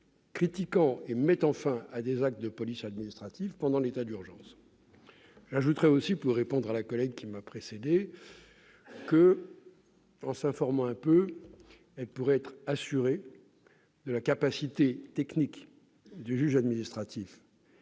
critiquant et mettant fin à des actes de police administrative pendant l'état d'urgence. J'ajoute, pour répondre à la collègue qui m'a précédé, qu'en complétant son information elle pourrait être assurée de la capacité technique du juge administratif